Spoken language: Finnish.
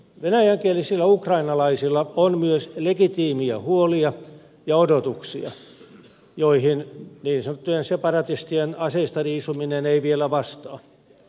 venäjänkielisillä ukrainalaisilla on myös legitiimejä huolia ja odotuksia joihin niin sanottujen separatistien aseista riisuminen ei vielä vastaa